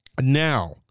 Now